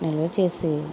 నిలువ చేసి